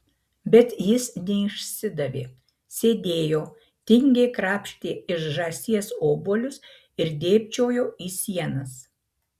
bet jis neišsidavė sėdėjo tingiai krapštė iš žąsies obuolius ir dėbčiojo į sienas